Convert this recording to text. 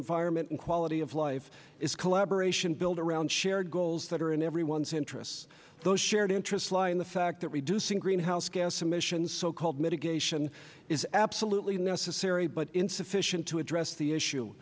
environment and quality of life is collaboration built around shared goals that are in everyone's interests those shared interests lie in the fact that reducing greenhouse gas emissions so called mitigation is absolutely necessary but insufficient to address the issue